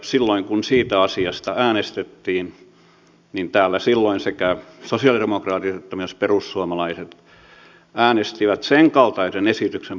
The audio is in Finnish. silloin kun täällä siitä asiasta äänestettiin niin sekä sosialidemokraatit että myös perussuomalaiset äänestivät sen kaltaisen esityksen puolesta